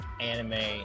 anime